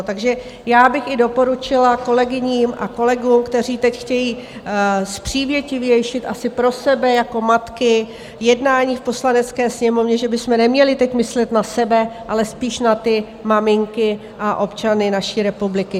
Takže já bych i doporučila kolegyním a kolegům, kteří teď chtějí přívětivější, asi pro sebe jako matky, jednání v Poslanecké sněmovně, že bychom neměli teď myslet na sebe, ale spíš na ty maminky a občany naší republiky.